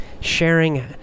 sharing